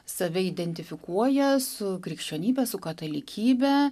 save identifikuoja su krikščionybe su katalikybe